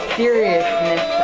seriousness